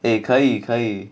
eh 可以可以